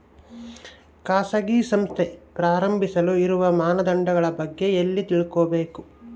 ಖಾಸಗಿ ಸಂಸ್ಥೆ ಪ್ರಾರಂಭಿಸಲು ಇರುವ ಮಾನದಂಡಗಳ ಬಗ್ಗೆ ಎಲ್ಲಿ ತಿಳ್ಕೊಬೇಕು?